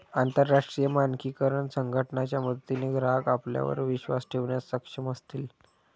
अंतरराष्ट्रीय मानकीकरण संघटना च्या मदतीने ग्राहक आपल्यावर विश्वास ठेवण्यास सक्षम असतील